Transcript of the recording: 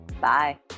Bye